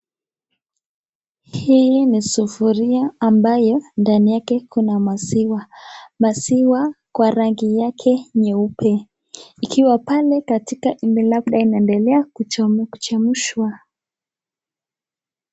Hii ni sufuria ambayo ndani yake kuna maziwa. maziwa kwa rangi yake nyeupe. Ikiwa pale katika huenda inaendelea kuchemshwa.